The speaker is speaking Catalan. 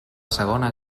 segona